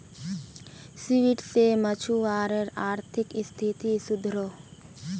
seaweed से मछुवारार अआर्थिक स्तिथि सुधरोह